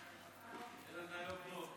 שיהיה לך יום טוב.